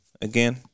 again